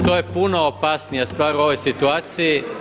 To je puno opasnija stvar u ovoj situaciji.